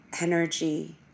energy